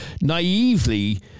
naively